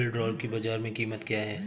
सिल्ड्राल की बाजार में कीमत क्या है?